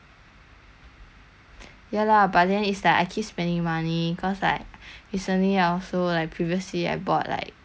ya lah but then is like I keep spending money cause like recently I also like previously I bought like a few games already then I still got